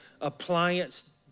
appliance